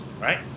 right